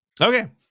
Okay